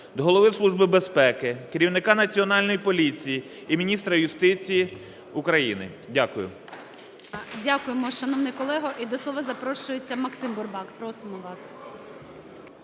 до Голови Служби безпеки, керівника Національної поліції і міністра юстиції України. Дякую. ГОЛОВУЮЧИЙ. Дякуємо, шановний колего. І до слова запрошується МаксимБурбак, просимо вас.